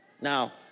Now